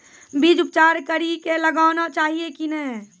बीज उपचार कड़ी कऽ लगाना चाहिए कि नैय?